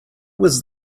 was